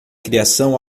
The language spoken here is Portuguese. criação